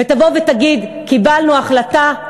ותבוא ותגיד: קיבלנו החלטה,